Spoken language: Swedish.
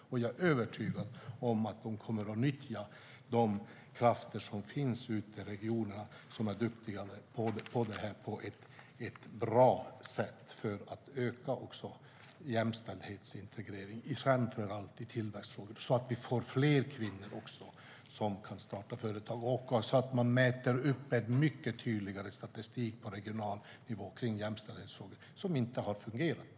Jag är övertygad om att de kommer att nyttja de duktiga krafter som finns i regionerna på ett bra sätt för att öka jämställdhetsintegrering, framför allt i tillväxtfrågor, så att fler kvinnor kan starta företag. Jämställdhetsfrågorna måste också tas med mycket tydligare i statistiken på regional nivå. Det har inte fungerat.